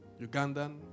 Ugandan